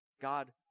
God